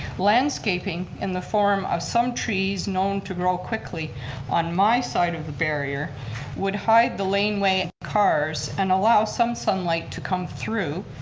landscaping in the form of some trees known to grow quickly on my side of the barrier would hide the lane way cars and allow some sunlight to come through